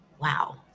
Wow